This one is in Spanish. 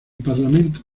parlamento